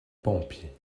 pompier